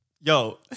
Yo